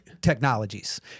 technologies